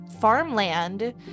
farmland